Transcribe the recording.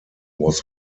was